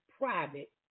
private